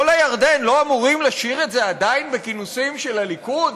לא אמורים לשיר את זה עדיין בכינוסים של הליכוד?